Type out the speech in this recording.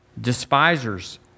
Despisers